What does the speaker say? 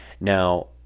now